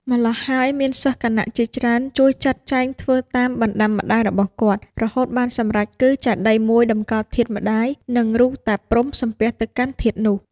ម្ល៉ោះហើយ មានសិស្សគណជាច្រើន ជួយចាត់ចែងធ្វើតាមបណ្ដាំម្តាយរបស់គាត់ រហូតបានសម្រេច គឺចេតិយមួយតម្កល់ធាតុម្តាយ និងរូបតាព្រហ្មសំពះទៅកាន់ធាតុនោះ។